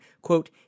quote